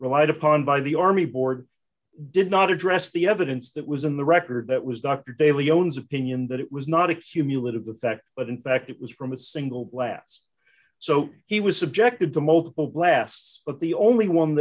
relied upon by the army board does not address the evidence that was in the record that was dr daley owns opinion that it was not a cumulative effect but in fact it was from a single blast so he was subjected to multiple blasts but the only one